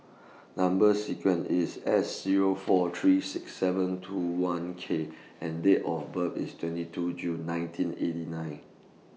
Number sequence IS S Zero four three six seven two one K and Date of birth IS twenty two June nineteen eighty nine